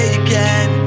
again